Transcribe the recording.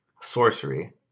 sorcery